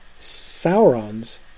Sauron's